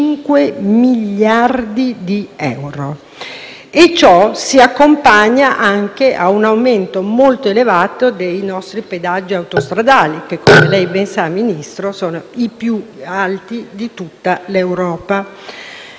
5 miliardi di euro e ciò si accompagna anche ad un aumento molto elevato dei nostri pedaggi autostradali che, come lei ben sa, Ministro, sono i più alti d'Europa.